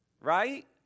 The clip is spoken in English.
right